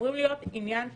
אמורות להיות עניין שבחריג.